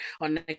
on